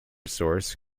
source